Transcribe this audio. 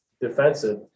defensive